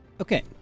okay